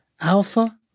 Alpha